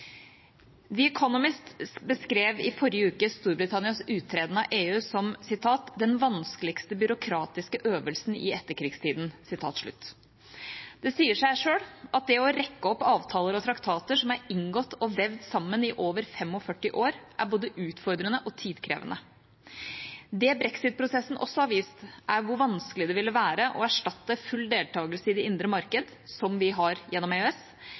beskrev i forrige uke Storbritannias uttreden av EU som den vanskeligste byråkratiske øvelsen i etterkrigstida. Det sier seg selv at det å si opp avtaler og traktater som er inngått og vevd sammen i over 45 år, er både utfordrende og tidkrevende. Det brexit-prosessen også har vist, er hvor vanskelig det ville være å erstatte full deltakelse i det indre marked, som vi har gjennom EØS,